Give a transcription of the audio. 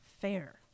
fair